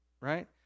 right